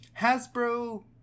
Hasbro